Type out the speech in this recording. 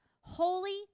holy